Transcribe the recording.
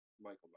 Michael